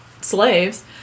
slaves